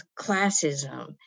classism